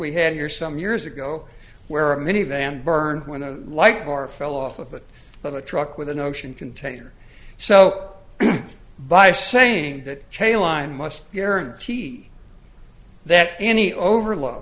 we had here some years ago where a minivan burned when a light bar fell off a bit of a truck with an ocean container so by saying that chain line must guarantee that any overload